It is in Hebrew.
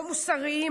לא מוסריים,